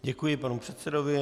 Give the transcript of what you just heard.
Děkuji panu předsedovi.